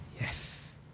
Yes